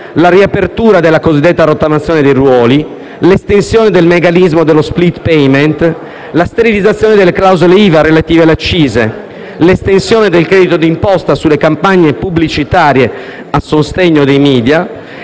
la riapertura della cosiddetta rottamazione dei ruoli, l'estensione del legalismo dello *split payment*, la sterilizzazione delle clausole IVA relative alle accise, l'estensione del credito d'imposta sulle campagne pubblicitarie a sostegno dei *media*